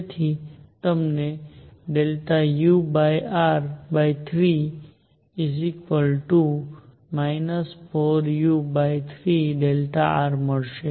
તેથી તમને ur3 4u3r મળશે